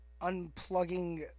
unplugging